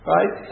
Right